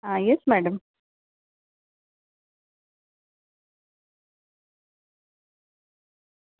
હા yes madam